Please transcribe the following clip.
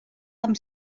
amb